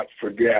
forget